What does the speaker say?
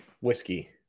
whiskey